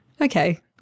Okay